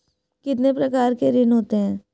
कितने प्रकार के ऋण होते हैं?